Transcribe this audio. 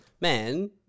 Man